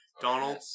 Donald